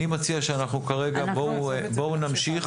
אני מציע שאנחנו כרגע בואו נמשיך.